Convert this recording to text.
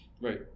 Right